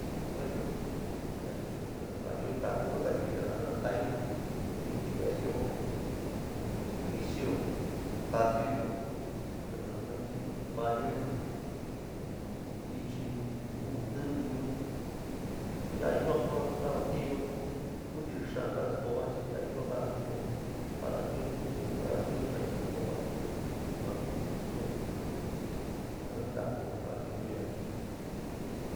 Bueno, ja ka´ayo ntaku kua ja ka´ayo ji yaa jaa nostayo niniveiyo nu kikiyo, potiyo no nani bonuyo iehí no ntiyiyo, yoba yua ko kajotionyo util kadi ga escoba chii yo yua kajotionyo, kajotian xaa yo escoba te yua ku función ja taaku jo kajotionyo ya´a.